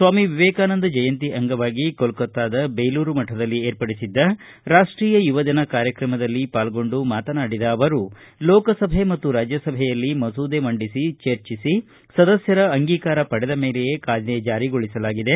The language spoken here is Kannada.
ಸ್ವಾಮಿ ವಿವೇಕಾನಂದರ ಜಯಂತಿ ಅಂಗವಾಗಿ ಕೋಲ್ಕತ್ತಾದ ಬೇಲೂರು ಮಠದಲ್ಲಿ ಏರ್ಪಡಿಸಿದ್ದ ರಾಷ್ಷೀಯ ಯುವದಿನ ಕಾರ್ಯಕ್ರಮದಲ್ಲಿ ಪಾಲ್ಗೊಂಡು ಮಾತನಾಡಿದ ಅವರು ಲೋಕಸಭೆ ಮತ್ತು ರಾಜ್ದಸಭೆಯಲ್ಲಿ ಮಸೂದೆ ಮಂಡಿಸಿ ಚರ್ಚಿಸಿ ಸದಸ್ದರ ಅಂಗೀಕಾರ ಪಡೆದ ಮೇಲೆಯೇ ಕಾಯ್ದೆ ಜಾರಿಗೊಳಿಸಲಾಗಿದೆ